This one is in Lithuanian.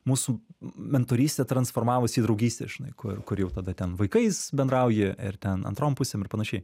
mūsų mentorystė transformavosi į draugystę žinai kur kur jau tada ten vaikais bendrauji ir ten antron pusėm ir panašiai